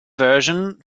version